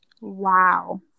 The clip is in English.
Wow